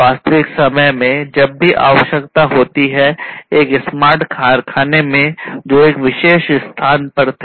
वास्तविक समय में जब भी आवश्यकता होती है एक स्मार्ट कारखाने में जो एक विशेष स्थान पर थे